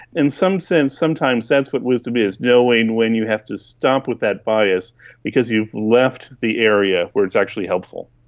in some sense sometimes that's what wisdom is, knowing when you have to stop with that bias because you've left the area where it's actually helpful.